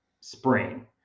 spring